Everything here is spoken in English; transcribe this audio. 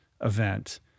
event